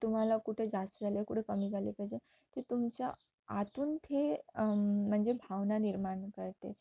तुम्हाला कुठे जास्त झालं कुठे कमी झाले पाहिजे ते तुमच्या आतून ते म्हणजे भावना निर्माण करते